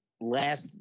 last